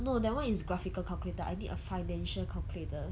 no that one is graphical calculator I need a financial calculator